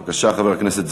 בבקשה, חבר הכנסת זאב.